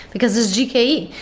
because it's gke.